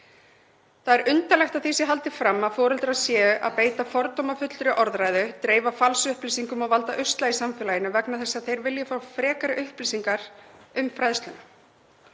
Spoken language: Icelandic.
Það er undarlegt að því sé haldið fram að foreldrar séu að beita fordómafullri orðræðu, dreifa falsupplýsingum og valda usla í samfélaginu vegna þess að þeir vilja fá frekari upplýsingar um fræðsluna.